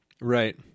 Right